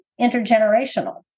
intergenerational